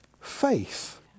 faith